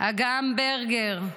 אגם ברגר,